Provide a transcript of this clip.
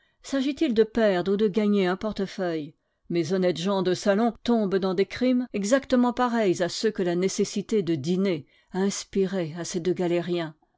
s'agit-il de perdre ou de gagner un portefeuille mes honnêtes gens de salon tombent dans des crimes exactement pareils à ceux que la nécessité de dîner a inspirés à ces deux galériens